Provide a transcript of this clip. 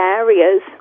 areas